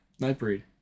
Nightbreed